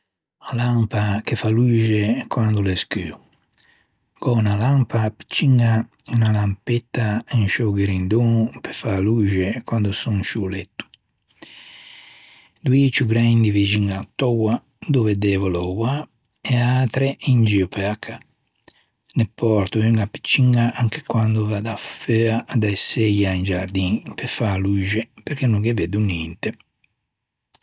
A lampa che fa luxe quando l'é scuo. Gh'ò unna lampa picciña, unna lampetta in sciô ghirindon pe fâ luxe quando son in sciô letto. Doî ciù grendi vixin a-a töa dove devo louâ e atre in gio pe-a cà. Ne pòrto unna picciña anche quande vaddo feua de seia in giardin pe fâ luxe perché no ghe veddo ninte.